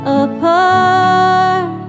apart